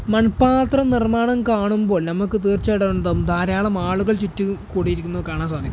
മൺപാത്രം നിർമ്മാണം കാണുമ്പോൾ നമുക്ക് തീർച്ചയായിട്ടും എന്താ ധാരാളം ആളുകൾ ചുറ്റും കൂടിയിരിക്കുന്നത് കാണാൻ സാധിക്കും